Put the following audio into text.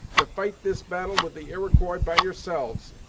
to fight this battle with the iroquois by yourselves.